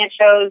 shows